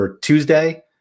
Tuesday